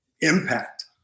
impact